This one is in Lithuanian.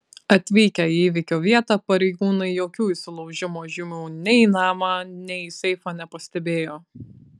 atvykę į įvykio vietą pareigūnai jokių įsilaužimo žymių nei į namą nei į seifą nepastebėjo